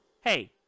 Hey